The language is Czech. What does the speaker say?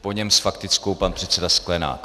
po něm s faktickou pan poslanec Sklenák.